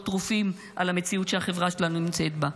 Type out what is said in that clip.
טרופים על המציאות שהחברה שלנו נמצאת בה.